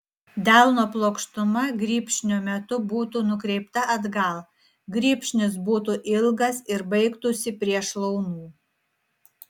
delno plokštuma grybšnio metu būtų nukreipta atgal grybšnis būtų ilgas ir baigtųsi prie šlaunų